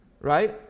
Right